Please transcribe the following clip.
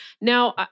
Now